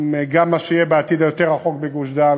וגם עם מה שיהיה בעתיד היותר-רחוק בגוש-דן,